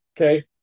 Okay